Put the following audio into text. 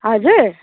हजुर